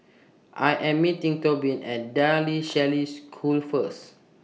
I Am meeting Tobin At De La Salle School First